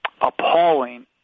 appalling